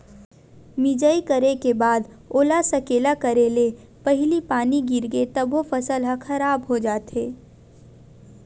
मिजई करे के बाद ओला सकेला करे ले पहिली पानी गिरगे तभो फसल ह खराब हो जाथे